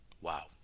Wow